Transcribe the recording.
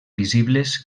visibles